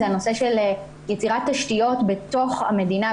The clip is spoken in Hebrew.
הם הנושא של יצירת תשתיות בתוך המדינה,